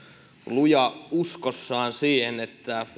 luja uskossaan että